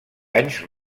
anys